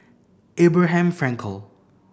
Abraham Frankel